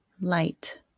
light